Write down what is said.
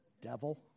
Devil